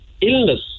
illness